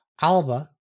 alba